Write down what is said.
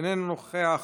אינו נוכח,